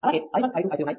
అలాగే i1 i2 i3 ఉన్నాయి